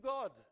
God